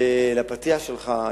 לפתיח שלך,